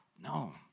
No